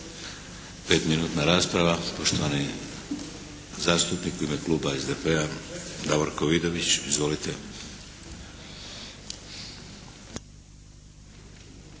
5-minutna rasprava, poštovani zastupnik u ime kluba SDP-a, Davorko Vidović. Izvolite.